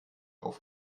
auf